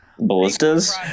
Ballistas